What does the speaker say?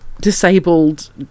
disabled